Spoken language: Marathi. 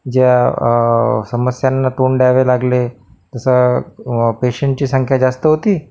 ज्या समस्यांना तोंड द्यावे लागले तसं पेशंटची संख्या जास्त होती